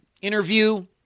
interview